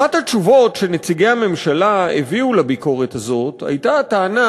אחת התשובות שנציגי הממשלה הביאו לביקורת הזאת הייתה הטענה,